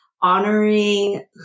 honoring